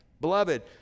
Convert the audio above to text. Beloved